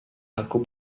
aku